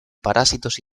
parásitos